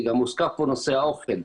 גם הוזכר פה נושא האוכל,